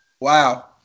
Wow